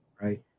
right